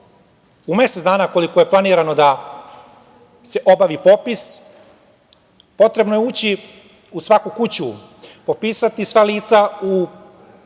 mesec dana, koliko je planirano da se obavi popis, potrebno je ući u svaku kuću, popisati sva lica u